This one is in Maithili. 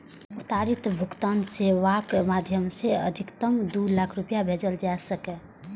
त्वरित भुगतान सेवाक माध्यम सं अधिकतम दू लाख रुपैया भेजल जा सकैए